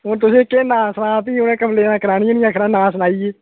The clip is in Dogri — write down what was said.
ओह् तुसेंगी केह् नांऽ सनां फ्ही उ'नें कंप्लेनां करानियां निं हैन आक्खना नांऽ सनाई गे